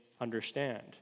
understand